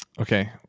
Okay